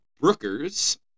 Brooker's